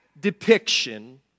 depiction